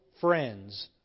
friends